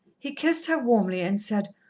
he kissed her warmly and said,